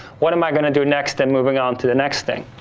what am i gonna do next and moving on to the next thing?